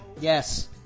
Yes